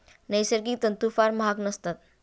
नैसर्गिक तंतू फार महाग नसतात